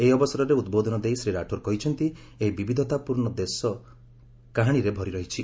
ଏହି ଅବସରରେ ଉଦ୍ବୋଧନ ଦେଇ ଶ୍ରୀ ରାଠୋର କହିଛନ୍ତି ଏହି ବିବିଧତାପୂର୍ଣ୍ଣ ଦେଶ କାହାଣୀରେ ଭରିରହିଛି